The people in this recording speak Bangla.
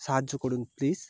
সাহায্য করুন প্লিজ